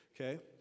Okay